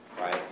right